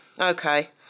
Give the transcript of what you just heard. okay